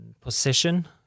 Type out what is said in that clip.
position